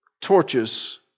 torches